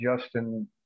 Justin